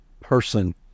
person